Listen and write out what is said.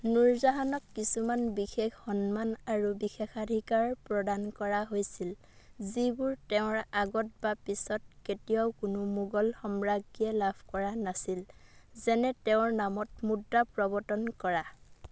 নুৰজাহানক কিছুমান বিশেষ সন্মান আৰু বিশেষাধিকাৰ প্ৰদান কৰা হৈছিল যিবোৰ তেওঁৰ আগত বা পিছত কেতিয়াও কোনো মোগল সম্ৰাজ্ঞীয়ে লাভ কৰা নাছিল যেনে তেওঁৰ নামত মুদ্ৰা প্ৰৱৰ্তন কৰা